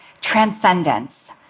Transcendence